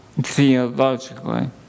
theologically